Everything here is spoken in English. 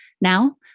Now